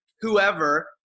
whoever